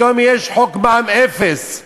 פתאום יש חוק מע"מ אפס.